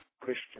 Christian